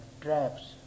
traps